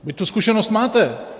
Vy tu zkušenost máte.